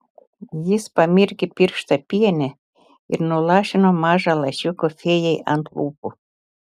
jis pamirkė pirštą piene ir nulašino mažą lašiuką fėjai ant lūpų